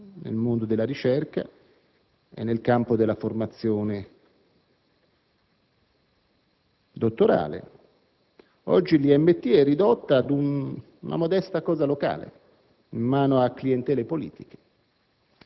nel mondo della ricerca e nel campo della formazione dottorale. Oggi l'IMT è ridotto a una modesta cosa locale, in mano a clientele politiche,